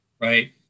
right